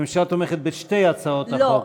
הממשלה תומכת בשתי הצעות החוק.